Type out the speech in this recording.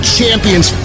champions